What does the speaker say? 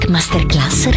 Masterclass